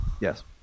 Yes